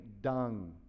dung